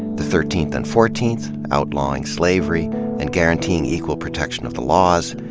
the thirteenth and fourteenth, outlawing slavery and guaranteeing equal protection of the laws.